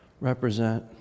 represent